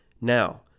Now